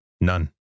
None